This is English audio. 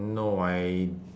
no I